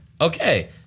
Okay